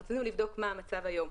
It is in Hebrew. רצינו לבדוק מה המצב היום.